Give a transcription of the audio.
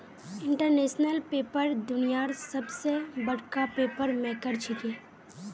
international paper दुनियार सबस बडका पेपर मेकर छिके